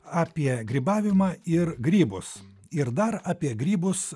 apie grybavimą ir grybus ir dar apie grybus